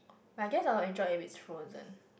I guess I will enjoy it with frozen